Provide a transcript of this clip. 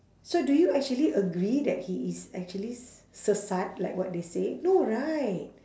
so do you actually agree that he is actually s~ sesat like what they say no right